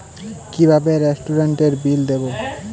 কিভাবে রেস্টুরেন্টের বিল দেবো?